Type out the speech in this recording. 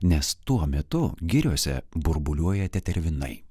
nes tuo metu giriose burbuliuoja tetervinai